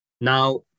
Now